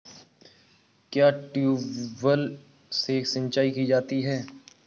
क्या ट्यूबवेल से सिंचाई की जाती है?